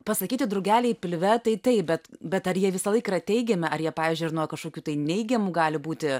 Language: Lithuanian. pasakyti drugeliai pilve tai taip bet bet ar jie visą laik yra teigiami ar jie pavyzdžiui nuo kažkokių tai neigiamų gali būti